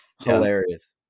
Hilarious